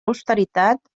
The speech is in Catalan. austeritat